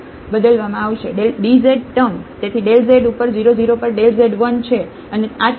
dz ટૅમ તેથી del z ઉપર 0 0 પર ડેલ z 1 છે અને આ ત્યાં 2 હતું